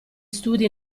studi